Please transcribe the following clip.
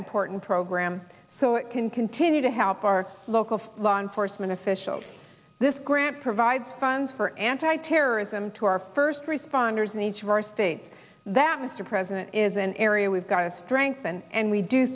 important program so it can continue to help our local law enforcement officials this grant provide funds for anti terrorism to our first responders in each of our states that mr president is an area we've got to strengthen and we do